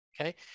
Okay